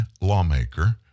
lawmaker